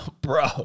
bro